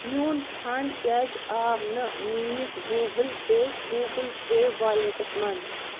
میٛون فنٛڈ کیٛازِ آو نہٕ میٛٲنِس گوٗگٕل پے گوٗگٕل پے وایلیٚٹَس منٛز